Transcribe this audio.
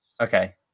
Okay